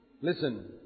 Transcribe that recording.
Listen